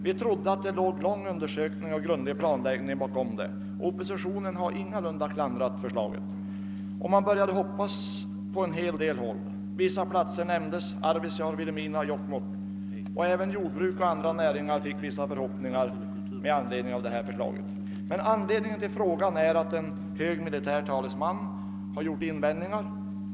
Vi trodde att det låg en grundlig undersökning och planläggning bakom. Oppositionen har heller ingalunda klandrat det förslaget. Och på en hel del håll började man hoppas. Vissa platser nämndes också i sammanhanget, t.ex. Arvidsjaur; Vilhelmina och Jokkmokk. Även jordbruket och andra näringar knöt vissa förhoppningar till förslaget. Anledningen till att jag framställde min fråga är emellertid att en hög militär talesman har rest invändningar.